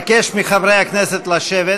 אבקש מחברי הכנסת לשבת.